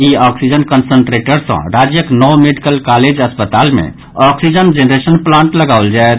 ई oxygen concentrator सँ राज्यक नओ मेडिकल कॉलेज अस्पताल मे ऑक्सीजन जेनरेशन प्लांट लगाओल जायत